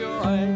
Joy